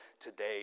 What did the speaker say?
today